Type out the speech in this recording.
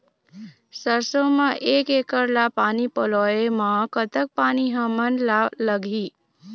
सरसों म एक एकड़ ला पानी पलोए म कतक पानी हमन ला लगही?